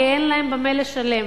כי אין להם במה לשלם.